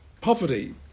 poverty